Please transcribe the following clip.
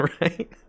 right